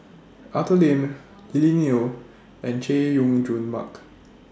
Arthur Lim Lily Neo and Chay Jung Jun Mark